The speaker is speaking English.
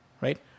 right